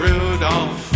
Rudolph